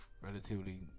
relatively